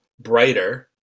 brighter